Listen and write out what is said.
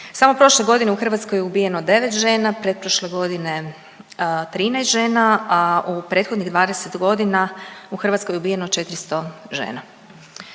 Samo prošle godine u Hrvatskoj je ubijeno 9 žena, pretprošle godine 13 žena, a u prethodnih 20 godina u Hrvatskoj je ubijeno 400 žena.